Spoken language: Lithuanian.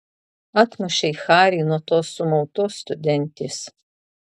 atmušei harį nuo tos sumautos studentės